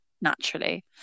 naturally